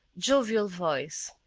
jovial voice,